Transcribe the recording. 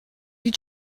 you